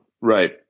right